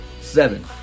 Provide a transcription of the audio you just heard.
Seven